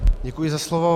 Děkuji za slovo.